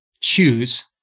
choose